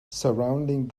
surrounding